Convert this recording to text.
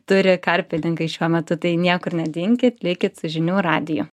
turi karpininkai šiuo metu tai niekur nedinkit likit su žinių radiju